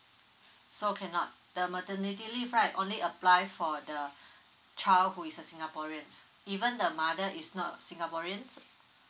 so cannot the maternity leave right only apply for the child who is a singaporeans even the mother is not singaporeans